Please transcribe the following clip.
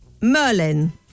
Merlin